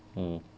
mm